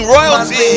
Royalty